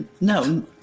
No